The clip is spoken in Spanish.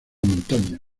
montaña